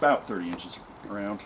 about thirty inches around